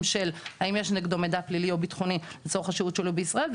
של האם יש נגדו מידע פלילי או ביטחוני לצורך השהות שלו בישראל,